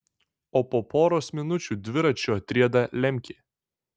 o po poros minučių dviračiu atrieda lemkė